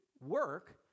work